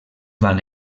van